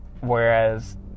Whereas